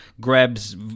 grabs